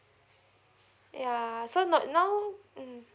yeah so not now um